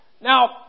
Now